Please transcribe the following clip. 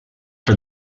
for